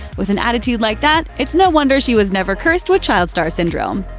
with an attitude like that, it's no wonder she was never cursed with child star syndrome.